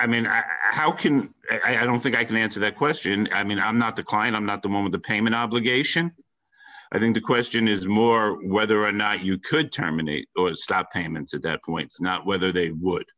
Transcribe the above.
i mean how can i don't think i can answer that question i mean i'm not the kind i'm not the man with the payment obligation i think the question is more whether or not you could terminate or stop payments at that point not whether they would